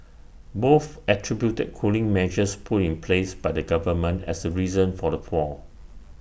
both attributed cooling measures put in place by the government as the reason for the fall